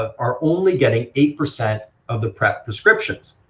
are only getting eight percent of the prep prescriptions,